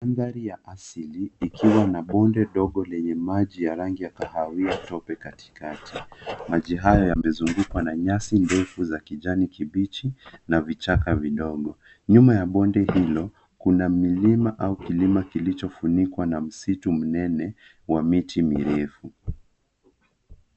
Mandhari ya asili ikiwa na bonde ndogo lenye maji ya rangi ya kahawia tope katikati. Maji haya yamezungukwa na nyasi ndefu za kijani kibichi na vichaka vidogo. Nyuma ya bonde hilo kuna milima au kulima kilicho funikwa na msitu mnene wa miti mirefu.